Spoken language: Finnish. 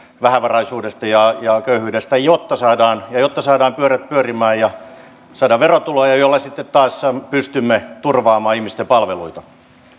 vähävaraisuudesta ja ja köyhyydestä jotta saadaan pyörät pyörimään ja saadaan verotuloja joilla sitten taas pystymme turvaamaan ihmisten palveluita